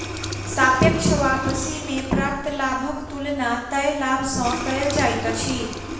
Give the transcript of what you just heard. सापेक्ष वापसी में प्राप्त लाभक तुलना तय लाभ सॅ कएल जाइत अछि